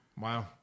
Wow